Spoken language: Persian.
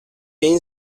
این